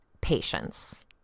patience